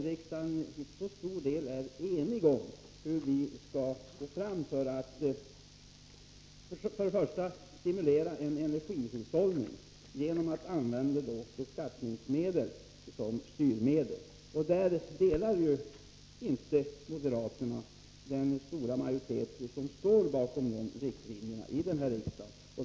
Riksdagen är i stort sett enig om hur vi skall gå fram för att stimulera energihushållningen genom att använda beskattningen som styrmedel, men moderaterna tillhör inte den stora majoritet som står bakom de riktlinjer riksdagen har fastställt.